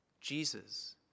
Jesus